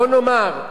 בוא נאמר,